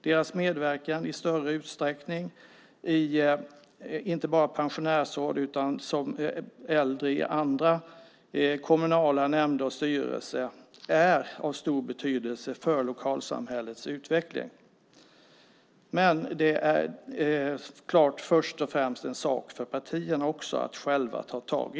Deras medverkan i större utsträckning i inte bara pensionärsråd utan också i andra kommunala nämnder och styrelser är av stor betydelse för lokalsamhällets utveckling. Men det är först och främst en sak för partierna själva att ta tag i.